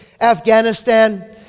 Afghanistan